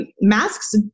Masks